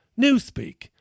Newspeak